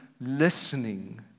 listening